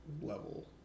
level